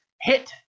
hit